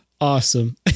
Awesome